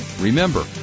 Remember